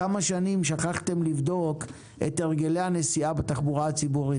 כמה שנים שכחתם לבדוק את הרגלי הנסיעה בתחבורה הציבורית,